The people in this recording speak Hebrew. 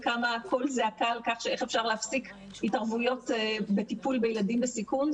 וקם קול זעקה על כך שאיך אפשר להפסיק התערבויות בטיפול בילדים בסיכון.